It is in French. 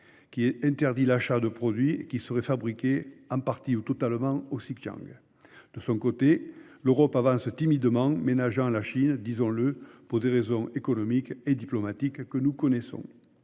loi interdisant l'achat de produits qui seraient fabriqués en partie ou totalement dans le Xinjiang. De son côté, l'Europe avance timidement, ménageant la Chine- disons-le -pour les raisons économiques et diplomatiques que nous connaissons.